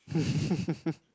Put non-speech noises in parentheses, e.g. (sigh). (laughs)